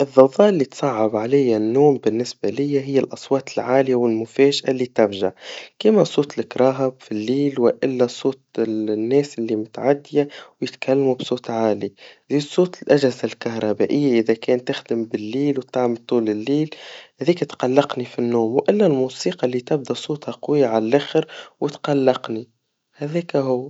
الضوضاء اللي تصعب عليا النوم بالنسبا ليا هي الأصوات العاليا والمفاجأا اللي تفجع, كيما صوت السيارات في الليل, وإلا صوت ال- الناس المتعديا, ويتككلموا بصوت عالي, زي صوت الأجهزا الكهربائيا إذا كان تخدم بالليل وتعمل طول الليل, هذيك تقلقني في النوم, وإلا الموسيقى اللي تبدا صوتها قويا عالآخر, وتقلقني, هذيكا هو.